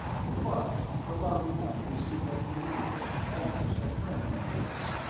to bart, the lhari captain seemed a familiar, almost a friendly face.